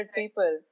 people